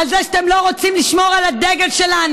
על זה שאתם לא רוצים לשמור על הדגל שלנו?